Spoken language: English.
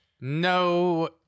No